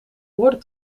woorden